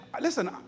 listen